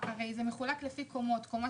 המגורים אצלנו מחולקים לפי קומות קומה